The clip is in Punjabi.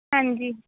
ਹਾਂਜੀ